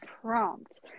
prompt